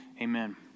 Amen